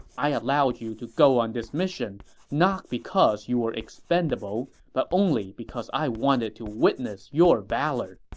i allowed you to go on this mission not because you were expendable, but only because i wanted to witness your valor!